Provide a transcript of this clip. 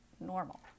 normal